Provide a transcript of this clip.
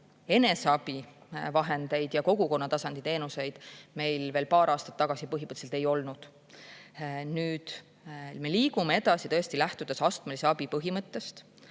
eneseabivahendeid ja kogukonnatasandi teenuseid meil veel paar aastat tagasi põhimõtteliselt ei olnud. Me liigume edasi, tõesti, lähtudes astmelise abi põhimõttest.